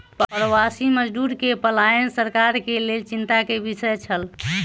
प्रवासी मजदूर के पलायन सरकार के लेल चिंता के विषय छल